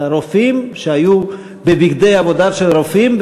אלא רופאים שהיו בבגדי עבודה של רופאים,